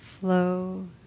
flow